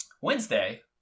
Wednesday